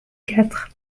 quatre